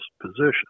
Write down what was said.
position